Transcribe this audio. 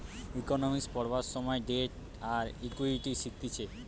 economics পড়বার সময় debt আর ইকুইটি শিখতিছে